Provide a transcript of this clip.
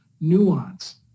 nuance